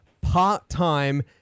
part-time